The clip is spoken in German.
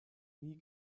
nie